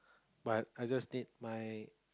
but I just need my